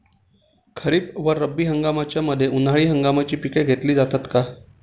खरीप व रब्बी हंगामाच्या मध्ये उन्हाळी हंगामाची पिके घेतली जातात का?